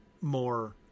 more